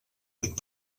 vuit